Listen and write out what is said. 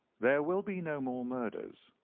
there will be no more murders,